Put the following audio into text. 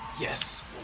Yes